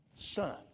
son